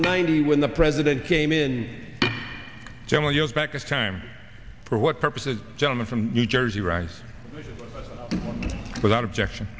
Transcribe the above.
ninety when the president came in general years back it's time for what purposes gentleman from new jersey writes without objection